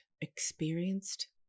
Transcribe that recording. experienced